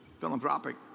philanthropic